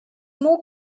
more